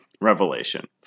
Revelation